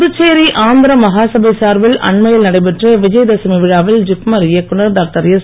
புதுச்சேரி ஆந்திரமகா சபை சார்பில் நடைபெற்ற விஜயதசமி விழாவில் ஜிப்மர் இயக்குதர் டாக்டர் எஸ்